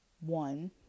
One